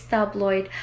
Tabloid